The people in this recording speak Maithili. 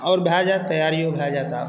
आओर भऽ जाइत तैयारिओ भऽ जाएत आब